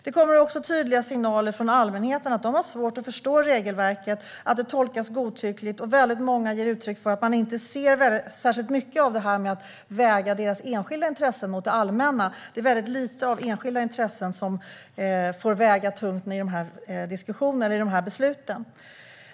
Det kommer också tydliga signaler från allmänheten att de har svårt att förstå regelverket och att det tolkas godtyckligt. Många ger också uttryck för att man inte ser särskilt mycket av det här med att väga enskilda intressen mot det allmänna. Det är väldigt lite av enskilda intressen som får väga tungt i dessa beslut.